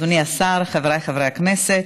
אדוני השר, חבריי חברי הכנסת,